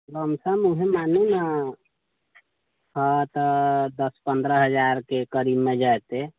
lump sum ओहे मानू ने तऽ दस पन्द्रह हजारके करीबमे जेतै हाँ